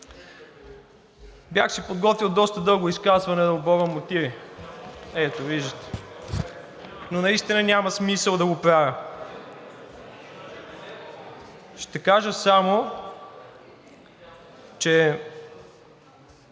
Бях си подготвил доста дълго изказване да оборвам мотиви. Ето, виждате (показва), но наистина няма смисъл да го правя. Ще кажа само, че